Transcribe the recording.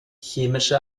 chemische